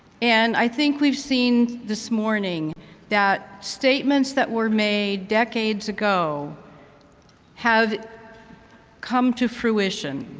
and i think we've seen this morning that statements that were made decades ago have come to fruition.